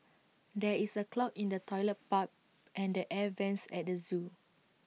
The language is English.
there is A clog in the Toilet Pipe and the air Vents at the Zoo